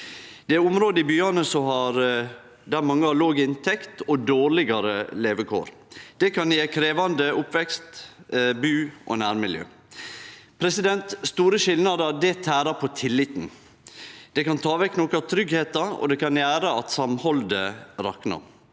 Det er område i byane der mange har låg inntekt og dårlegare levekår. Det kan gje krevjande oppvekst-, bu- og nærmiljø. Store skilnadar tærer på tilliten. Det kan ta vekk noko av tryggleiken, og det kan gjere at samhaldet raknar.